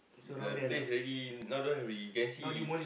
the place already now don't have already you can see